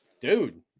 dude